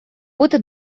бути